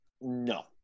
No